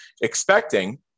expecting